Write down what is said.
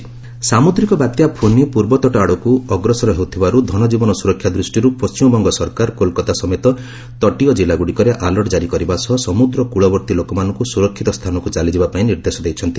WB Fani ସାମୁଦ୍ରିକ ବାତ୍ୟା ଫୋନି ପୂର୍ବତଟ ଆଡକୁ ଅଗ୍ରସର ହେଉଥିବାରୁ ଧନଜୀବନ ସୁରକ୍ଷା ଦୃଷ୍ଟିରୁ ପଶ୍ଚିମବଙ୍ଗ ସରକାର କୋଲକାତା ସମେତ ତଟୀୟ ଜିଲ୍ଲାଗୁଡ଼ିକରେ ଆଲର୍ଟ ଜାରୀ କରିବା ସହ ସମୁଦ୍ର କୂଳବର୍ତ୍ତୀ ଲୋକମାନଙ୍କୁ ସୁରକ୍ଷିତ ସ୍ଥାନକୁ ଚାଲିଯିବା ପାଇଁ ନିର୍ଦ୍ଦେଶ ଦେଇଛନ୍ତି